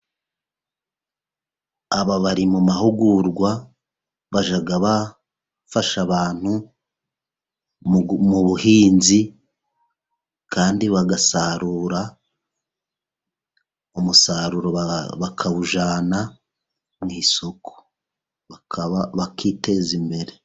Aba bari mu mahugurwa. Bajya bafasha abantu mu buhinzi kandi bagasarura umusaruro, bakawujyana mu isoko bakaba bakiteza imbere.